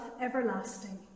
everlasting